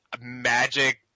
magic